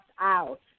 out